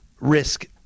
risk